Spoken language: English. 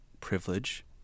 privilege